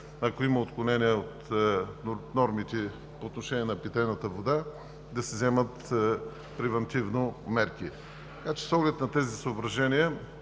Ако има отклонения от нормата по отношение на питейната вода, да се вземат превантивно мерки. С оглед на тези съображения